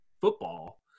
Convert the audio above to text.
football